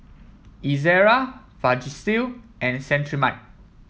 Ezerra Vagisil and Cetrimide